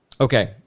Okay